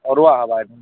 ଅରୁଆ ହେବାର